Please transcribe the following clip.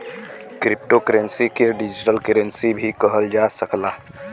crypto currency के digital currency भी कहल जा सकला